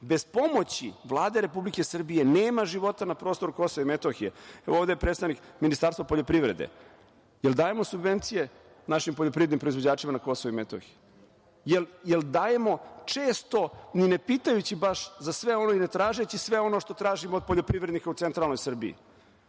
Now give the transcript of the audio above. pomoći Vlade Republike Srbije nema života na prostoru KiM. Ovde je predstavnik Ministarstva poljoprivrede, jel dajemo subvencije našim poljoprivrednim proizvođačima na KiM? Jel dajemo često ni ne pitajući baš za sve ono i ne tražeći sve ono što tražimo od poljoprivrednika u centralnoj Srbiji?